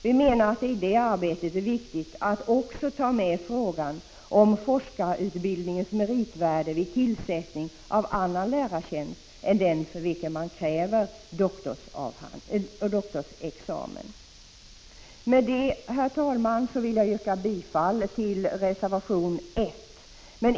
Vi menar att det i det arbetet är viktigt att också ta med frågan om forskarutbildningens meritvärde vid tillsättning av annan lärartjänst än den för vilken man kräver doktorsexamen. Med detta, herr talman, vill jag yrka bifall till reservation 1.